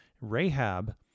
Rahab